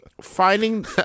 Finding